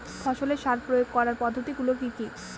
ফসলের সার প্রয়োগ করার পদ্ধতি গুলো কি কি?